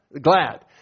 glad